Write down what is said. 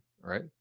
right